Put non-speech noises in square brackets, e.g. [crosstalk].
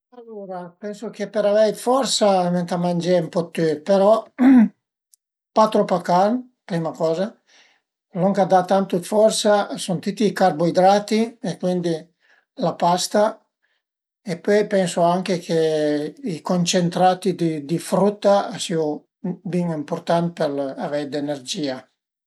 Alura pensu che për avei d'forsa ëntà mangé ën po dë tüt però [noise] pa tropa carn, prima coze, lon ch'a da tantu d'forsa a un tüti i carboidrati e cuindi la pasta e pöi pensu anche i concentrati di frutta a sìu bin ëmpurtant për avei d'energìa